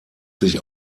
sich